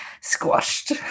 squashed